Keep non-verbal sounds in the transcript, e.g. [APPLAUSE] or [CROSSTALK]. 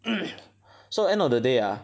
[NOISE] so end of the day ah